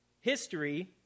history